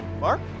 Mark